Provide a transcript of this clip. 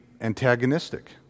antagonistic